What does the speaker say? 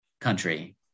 country